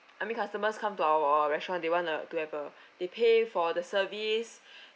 I mean customers come to our our restaurant they want a to have a they pay for the service